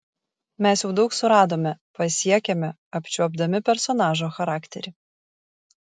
mes jau daug suradome pasiekėme apčiuopdami personažo charakterį